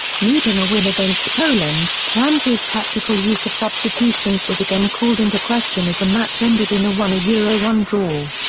needing a win against poland, ramsey's tactical use of substitutions was again called into question as the match ended in a one ah one draw.